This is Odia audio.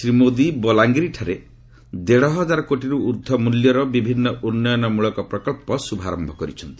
ଶ୍ରୀ ମୋଦି ବଲାଙ୍ଗୀରଠାରେ ଦେଢ଼ ହଜାର କୋଟିରୁ ଉର୍ଦ୍ଧ୍ୱ ମୂଲ୍ୟର ବିଭିନ୍ନ ଉନ୍ନୟନ ମୂଳକ ପ୍ରକଳ୍ପ ଶୁଭାରମ୍ଭ କରିଛନ୍ତି